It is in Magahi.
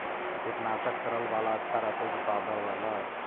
कीटनाशक तरल बाला अच्छा रहतै कि पाउडर बाला?